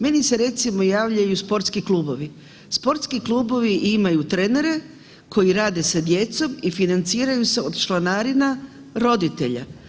Meni se recimo javljaju sportski klubovi, sportski klubovi imaju trenere koji rade sa djecom i financiraju se od članarina roditelja.